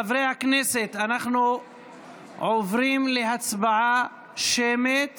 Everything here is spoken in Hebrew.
חברי הכנסת, אנחנו עוברים להצבעה שמית